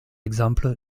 exemple